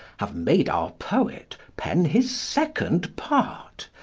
have made our poet pen his second part,